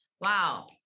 wow